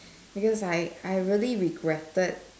because I I really regretted